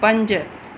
पंज